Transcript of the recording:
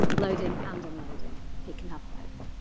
loading and unloading, he can have both.